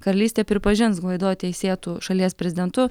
karalystė pripažins gvaido teisėtu šalies prezidentu